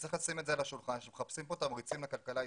וצריך לשים את זה על השולחן כאשר מחפשים כאן תמריצים לכלכלה הישראלית.